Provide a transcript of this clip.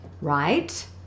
right